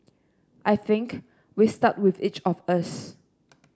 I think we start with each of us